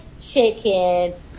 chicken